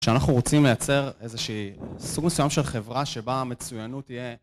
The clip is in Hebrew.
כשאנחנו רוצים לייצר איזשהי סוג מסוים של חברה שבה המצוינות יהיה